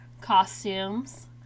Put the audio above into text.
costumes